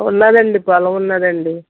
ఉన్నదండి పొలం ఉన్నదండి